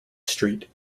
street